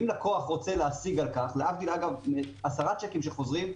ואם לקוח רוצה להשיג על כך להבדיל ממקרה של עשרה צ'קים שחוזרים,